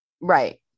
Right